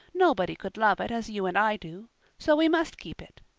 nobody could love it as you and i do so we must keep it.